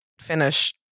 finish